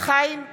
חיים כץ,